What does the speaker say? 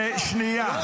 אני אומר את זה, שנייה.